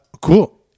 cool